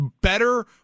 better